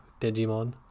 Digimon